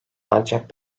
ancak